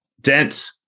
Dent